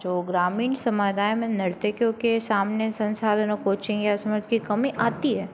जो ग्रामीण समुदाय में नर्तकियों के सामने संसाधनों कोचिंग या समर्थन की कमी आती है